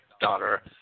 daughter